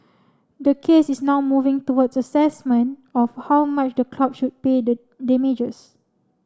the case is now moving towards assessment of how much the club should pay the damages